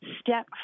step